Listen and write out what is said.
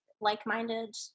like-minded